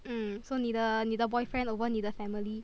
mm so 你的你的 boyfriend over 你的 family